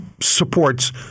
supports